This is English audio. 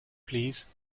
please